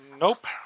Nope